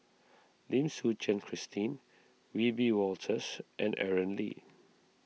Lim Suchen Christine Wiebe Wolters and Aaron Lee